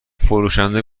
فروشنده